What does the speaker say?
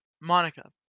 Monica